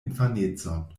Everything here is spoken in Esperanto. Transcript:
infanecon